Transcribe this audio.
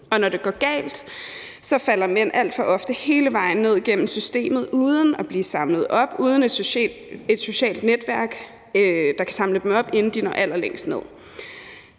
og når det går galt, falder mænd alt for ofte hele vejen ned igennem systemet uden at blive samlet op, uden et socialt netværk, der kan samle dem op, inden de når allerlængst ned.